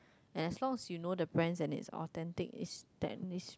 as longs you know the brand and it's authentic is that needs